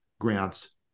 grants